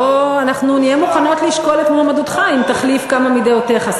נהיה מוכנות לשקול את מועמדותך אם תחליף כמה מדעותיך,